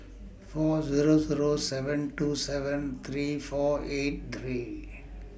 four Zero Zero seven two seven three four eight three